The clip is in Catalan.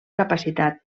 capacitat